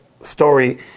story